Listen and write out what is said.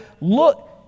Look